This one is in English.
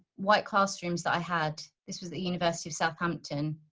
white classrooms that i had. this was the university of southampton.